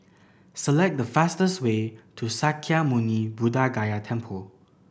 select the fastest way to Sakya Muni Buddha Gaya Temple